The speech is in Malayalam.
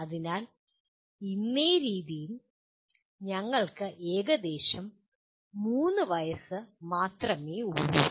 അതിനാൽ ഇന്നേ തീയതിയിൽ ഞങ്ങൾക്ക് ഏകദേശം 3 വയസ്സ് മാത്രമേ ഉള്ളൂ